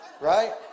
Right